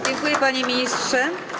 Dziękuję, panie ministrze.